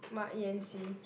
mark Yanxi